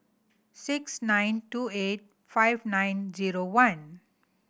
six nine two eight five nine zero one